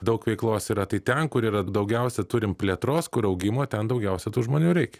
daug veiklos yra tai ten kur yra daugiausiai turim plėtros kur augimo ten daugiausia tų žmonių reikia